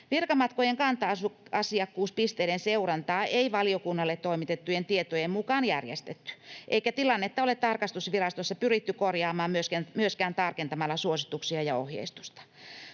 Virkamatkojen kanta-asiakkuuspisteiden seurantaa ei valiokunnalle toimitettujen tietojen mukaan järjestetty, eikä tilannetta ole tarkastusvirastossa pyritty korjaamaan myöskään tarkentamalla suosituksia ja ohjeistusta.